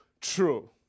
true